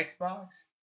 Xbox